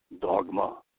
dogma